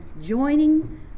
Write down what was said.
joining